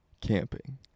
Camping